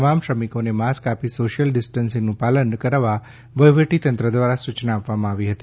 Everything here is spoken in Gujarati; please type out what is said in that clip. તમામ શ્રમિકોને માસ્ક આપીને સોશિયલ ડિસ્ટન્સનું પાલન કરવાવહીવટી તંત્ર દ્વારા સૂચના આપવામાં આવી હતી